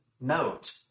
note